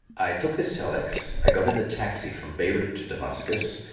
i took this telex, i got in the taxi from beirut to damascus,